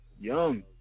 Young